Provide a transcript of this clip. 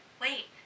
wait